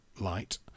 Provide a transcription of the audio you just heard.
light